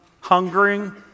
hungering